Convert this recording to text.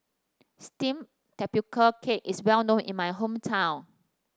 steamed Tapioca Cake is well known in my hometown